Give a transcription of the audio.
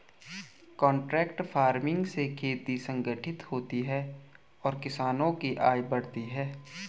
contract farming से खेती संगठित होती है और किसानों की आय बढ़ती है